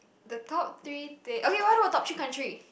the top three thing okay what about top three country